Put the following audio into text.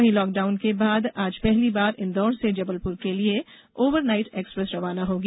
वहीं लाकडाउन के बाद आज पहली बार इंदौर से जबलपुर के लिये ओवरनाइट एक्सप्रेस रवाना होगी